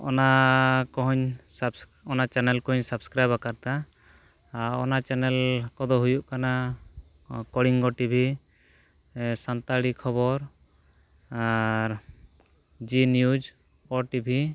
ᱚᱱᱟ ᱠᱚᱦᱚᱧ ᱚᱱᱟ ᱪᱮᱱᱮᱞ ᱠᱚᱦᱚᱧ ᱥᱟᱵᱥᱠᱨᱟᱭᱤᱵ ᱠᱟᱫᱟ ᱟᱨ ᱚᱱᱟ ᱪᱮᱱᱮᱞ ᱠᱚᱫᱚ ᱦᱩᱭᱩᱜ ᱠᱟᱱᱟ ᱠᱚᱞᱤᱝᱜᱚ ᱴᱤᱵᱷᱤ ᱥᱟᱱᱛᱟᱲᱤ ᱠᱷᱚᱵᱚᱨ ᱟᱨ ᱡᱤ ᱱᱤᱭᱩᱡᱽ ᱳ ᱴᱤᱵᱷᱤ